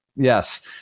Yes